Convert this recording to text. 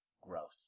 growth